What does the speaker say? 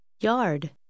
Yard